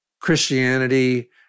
Christianity